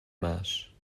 maas